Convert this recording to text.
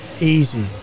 easy